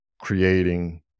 creating